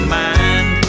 mind